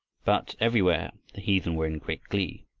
but everywhere the heathen were in great glee.